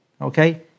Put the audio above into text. Okay